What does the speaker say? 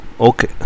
Okay